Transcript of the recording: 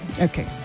Okay